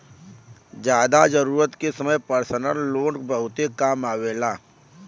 जादा जरूरत के समय परसनल लोन बहुते काम आवेला